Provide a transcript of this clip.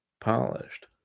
polished